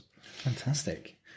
Fantastic